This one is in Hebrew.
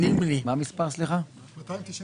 הפנייה נועדה לתקצוב סך של